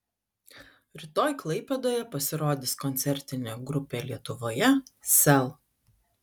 rytoj klaipėdoje pasirodys koncertinė grupė lietuvoje sel